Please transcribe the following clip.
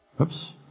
Oops